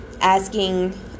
asking